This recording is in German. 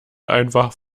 einfach